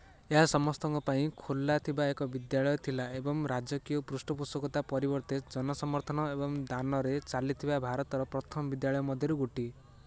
ଏହା ସମସ୍ତଙ୍କ ପାଇଁ ଖୋଲା ଥିବା ଏକ ବିଦ୍ୟାଳୟ ଥିଲା ଏବଂ ରାଜକୀୟ ପୃଷ୍ଠପୋଷକତା ପରିବର୍ତ୍ତେ ଜନସମର୍ଥନ ଏବଂ ଦାନରେ ଚାଲିବାରେ ଭାରତର ପ୍ରଥମ ବିଦ୍ୟାଳୟ ମଧ୍ୟରୁ ଗୋଟିଏ